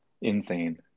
Insane